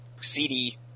CD